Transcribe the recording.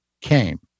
came